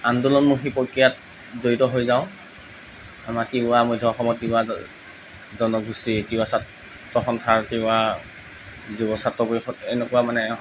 আন্দোলনমুখী প্ৰক্ৰিয়াত জড়িত হৈ যাওঁ আমাৰ তিৱা মধ্য অসমত তিৱা জনগোষ্ঠী তিৱা ছাত্ৰ সন্থাৰ তিৱা যুৱ ছাত্ৰ পৰিষদ এনেকুৱা মানে